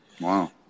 Wow